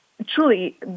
Truly